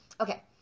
okay